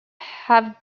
have